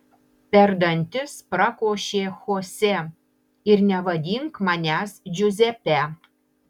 per dantis prakošė chose ir nevadink manęs džiuzepe